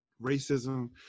racism